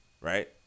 right